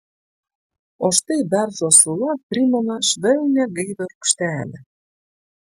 o štai beržo sula primena švelnią gaivią rūgštelę